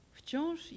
wciąż